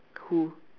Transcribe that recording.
who